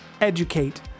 educate